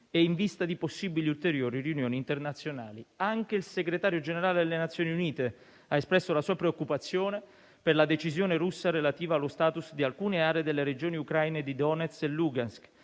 e in vista di possibili ulteriori riunioni internazionali. Anche il Segretario generale delle Nazioni Unite ha espresso la sua preoccupazione per la decisione russa relativa allo *status* di alcune aree delle regioni ucraine di Donetsk e Lugansk,